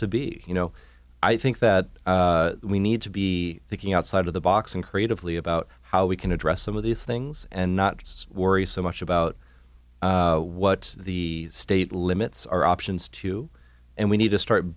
to be you know i think that we need to be thinking outside of the box and creatively about how we can address some of these things and not worry so much about what the state limits our options to and we need to start